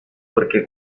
porque